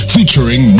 Featuring